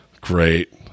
great